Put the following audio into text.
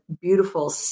beautiful